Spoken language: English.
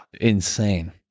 insane